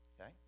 okay